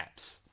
apps